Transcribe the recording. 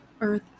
earth